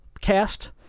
cast